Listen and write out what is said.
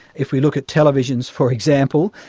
if we look at televisions, for example,